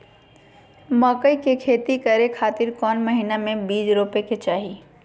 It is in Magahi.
मकई के खेती करें खातिर कौन महीना में बीज रोपे के चाही?